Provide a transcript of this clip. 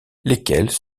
lesquels